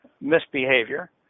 misbehavior